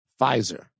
Pfizer